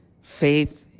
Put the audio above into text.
faith